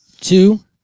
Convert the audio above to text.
two